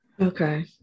Okay